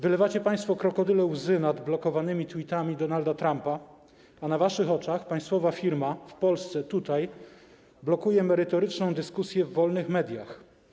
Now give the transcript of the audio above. Wylewacie państwo krokodyle łzy nad blokowanymi tweetami Donalda Trumpa, a na waszych oczach państwowa firma tutaj w Polsce blokuje merytoryczną dyskusję w wolnych mediach.